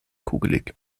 kugelig